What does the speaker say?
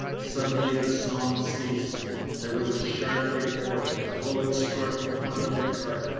suddenly the song ceased there was a sharp report, a bullet struck the front of the cart,